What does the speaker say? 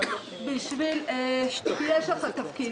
יש לך תפקיד,